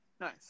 Nice